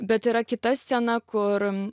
bet yra kita scena kur